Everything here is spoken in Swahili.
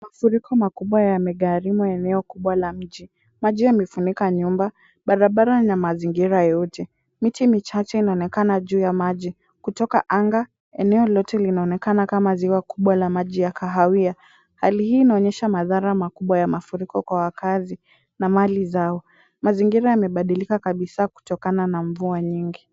Mafuriko makubwa yamegharimu eneo kubwa la mji. Maji yamefunika nyumba, barabara na mazingira yote. Miti michache inaonekana juu ya maji, kutoka anga, eneo lote linaonekana kama ziwa kubwa la maji ya kahawia. Hali hii inaonyesha madhara makubwa ya mafuriko kwa wakaazi na mali zao. Mazingira yamebadilika kabisa kutokana na mvua nyingi.